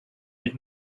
bit